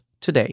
today